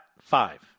five